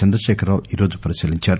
చంద్రశేఖరరావు ఈ రోజు పరిశీలించారు